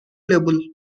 label